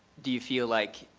do you feel like